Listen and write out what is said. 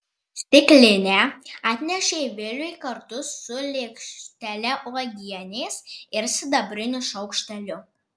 stiklinę atnešė viliui kartu su lėkštele uogienės ir sidabriniu šaukšteliu